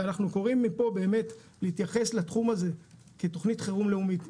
ואנחנו קוראים מפה באמת להתייחס לתחום הזה כתוכנית חירום לאומית.